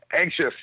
anxious